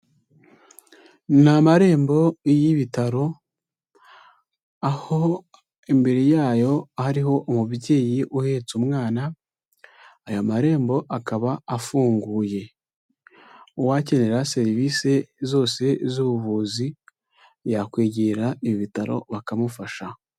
Ni amarembo y'ibitaro, aho imbere yayo hariho umubyeyi uhetse umwana, aya marembo akaba afunguye, uwakenera serivisi zose z'ubuvuzi yakwegera ibi bitaro bakamufasha.